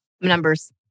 Numbers